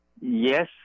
yes